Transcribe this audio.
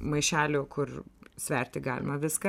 maišelių kur sverti galima viską